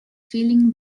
feeling